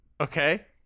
Okay